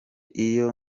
iyo